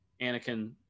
Anakin